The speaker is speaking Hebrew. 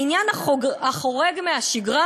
בעניין החורג מהשגרה,